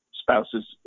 spouse's